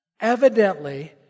Evidently